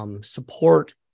support